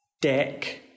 deck